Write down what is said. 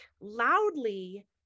loudly